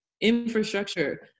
infrastructure